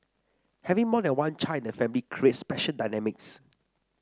having more than one child the family creates special dynamics